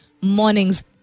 mornings